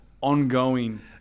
ongoing